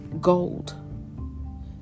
gold